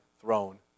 throne